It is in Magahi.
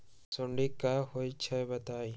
सुडी क होई छई बताई?